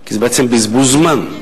כי זה בזבוז זמן.